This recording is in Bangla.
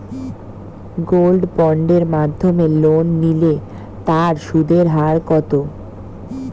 গোল্ড বন্ডের মাধ্যমে লোন নিলে তার সুদের হার কত?